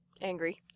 Angry